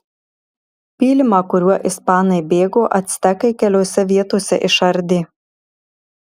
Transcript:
pylimą kuriuo ispanai bėgo actekai keliose vietose išardė